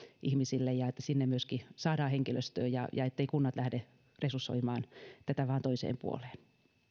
ihmisille ja sinne myöskin saadaan henkilöstöä eivätkä kunnat lähde resursoimaan tätä vain toiseen puoleen